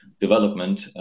development